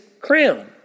crown